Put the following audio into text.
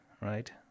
right